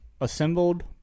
assembled